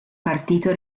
partito